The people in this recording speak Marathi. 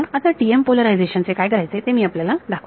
आता TM पोलरायझेश चे काय करायचे ते मी आपल्याला दाखवते